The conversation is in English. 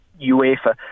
UEFA